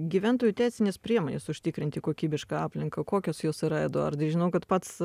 gyventojų teisinės priemonės užtikrinti kokybišką aplinką kokios jos yra eduardai žinau kad pats